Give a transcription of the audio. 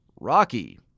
Rocky